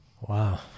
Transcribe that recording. wow